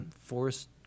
forest